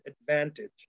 advantage